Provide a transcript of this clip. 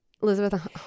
Elizabeth